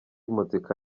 muzika